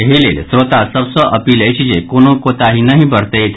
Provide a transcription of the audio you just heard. एहि लेल श्रोता सभ सँ अपील अछि जे कोनो कोताहि नहि बरतैथ